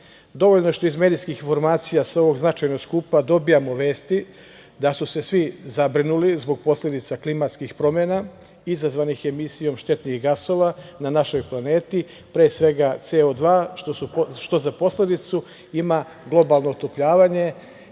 Glazgovu. Dovoljno je što iz medijskih informacija sa ovog značajnog skupa dobijamo vesti da su se svi zabrinuli zbog posledica klimatskih promena izazvanih emisijom štetnih gasova na našoj planeti, pre svega Co2 , što za posledicu ima globalno otopljavanje.